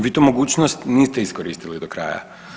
Vi tu mogućnost niste iskoristili do kraja.